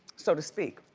so to speak.